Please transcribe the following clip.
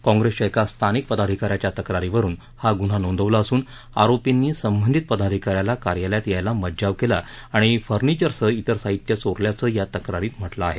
काँप्रेसच्या एका स्थानिक पदाधिकाऱ्याच्या तक्रारीवरून हा गुन्हा नोंदवला असून आरोपींनी संबंधित पदाधिकाऱ्याला कार्यालयात यायला मज्जाव केला आणि फर्निचरसह इतर साहित्य चोरल्याचं या तक्रारीत म्हटलं आहे